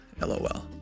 LOL